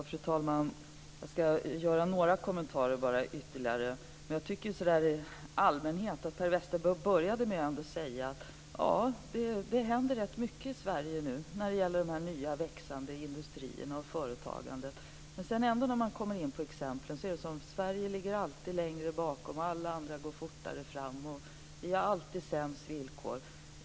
Fru talman! Jag ska göra några kommentarer ytterligare. Men jag tycker i största allmänhet att Per Westerberg började med att säga att det nu händer ganska mycket i Sverige när det gäller dessa nya och växande industrier och företagandet. Men sedan när man kommer in på exemplen så är det som om Sverige alltid ligger längre bak, alla andra går fortare fram, och vi har alltid sämst villkor.